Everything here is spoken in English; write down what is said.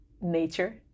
nature